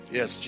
Yes